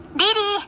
Lily